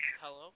Hello